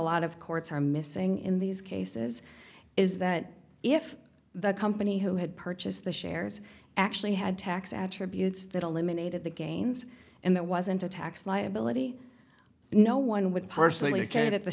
lot of courts are missing in these cases is that if the company who had purchased the shares actually had tax attributes that eliminated the gains and that wasn't a tax liability no one would personally stand at the